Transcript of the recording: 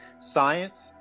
science